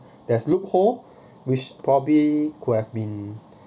there's loophole which probably could have been